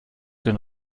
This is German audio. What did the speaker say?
den